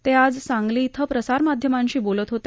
ते आज सांगली इथं प्रसार माध्यमांशी बोलत होते